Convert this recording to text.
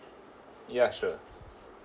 ya sure